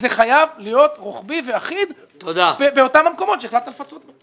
זה חייב להיות רוחבי ואחיד באותם המקומות בהם החלטת לפצות.